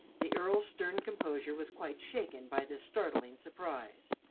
the earl's stern composure was quite shaken by this startling surprise.